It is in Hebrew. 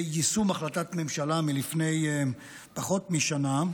יישום החלטת ממשלה מלפני פחות משנה,